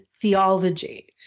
theology